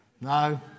No